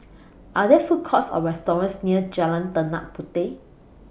Are There Food Courts Or restaurants near Jalan Tanah Puteh